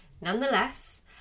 Nonetheless